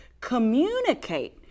communicate